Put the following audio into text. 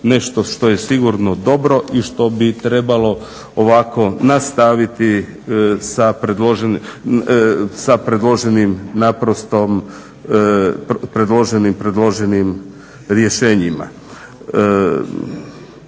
nešto što je sigurno dobro i što bi trebalo ovako nastaviti sa predloženim naprosto rješenjima.